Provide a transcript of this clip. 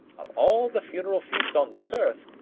of all the funeral feasts on this earth,